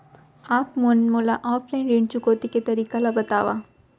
आप मन मोला ऑफलाइन ऋण चुकौती के तरीका ल बतावव?